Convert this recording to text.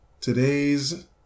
Today's